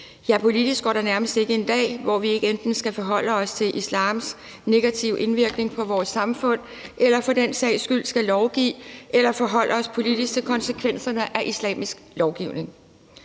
Ja, der går nærmest ikke en dag, hvor vi ikke enten skal forholde os politisk til islams negative indvirkning på vores samfund eller for den sags skyld skal lovgive eller forholde os politisk til konsekvenserne af islamisk lovgivning.